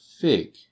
fig